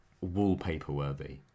wallpaper-worthy